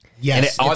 Yes